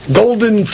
golden